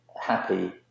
happy